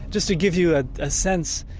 just to give you ah a sense,